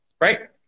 Right